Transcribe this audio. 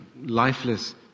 lifeless